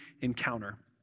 encounter